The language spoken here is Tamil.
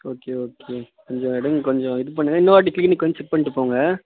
ஓகே ஓகே கொஞ்சம் எடுங்கள் கொஞ்சம் இது பண்ணுங்கள் இன்னொருவாட்டி கிளினிக் வந்து செக் பண்ணிவிட்டு போங்க